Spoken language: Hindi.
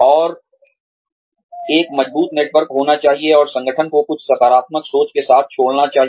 और एक मजबूत नेटवर्क होना चाहिए और संगठन को कुछ सकारात्मक सोच के साथ छोड़ना चाहिए